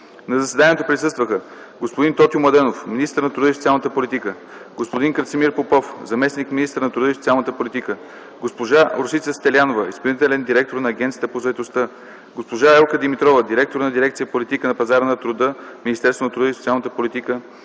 На заседанието присъстваха: господин Тотю Младенов – министър на труда и социалната политика, господин Красимир Попов – заместник-министър на труда и социалната политика, госпожа Росица Стелиянова – изпълнителен директор на Агенцията по заетостта, госпожа Елка Димитрова – директор на дирекция „Политика на пазара на труда” в Министерство на труда и социалната политика,